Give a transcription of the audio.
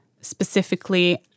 specifically